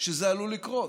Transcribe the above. שזה עלול לקרות.